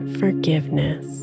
forgiveness